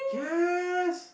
yes